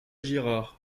girard